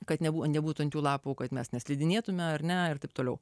kad nebūtų ant jų lapų kad mes slidinėtume ar ne ir taip toliau